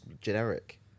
generic